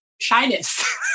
shyness